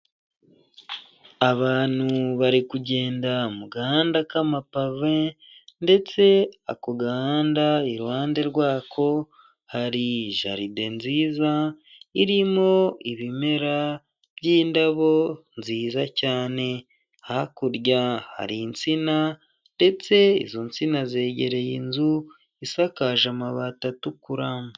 Abantu bari kugenda mu gahanda k'amapave ndetse ako gahanda iruhande rwako hari jaride nziza irimo ibimera by'indabo nziza cyane, hakurya hari insina ndetse izo nsina zegereye inzu isakaje amabati atukura.